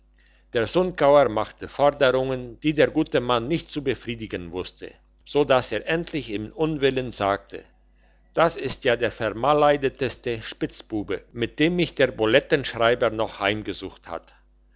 der sundgauer machte forderungen die der gute mann nicht zu befriedigen wusste so dass er endlich im unwillen sagte das ist ja der vermaledeiteste spitzbube mit dem mich der bolettenschreiber noch heimgesucht hat